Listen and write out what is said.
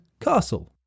castle